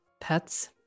pets